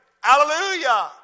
hallelujah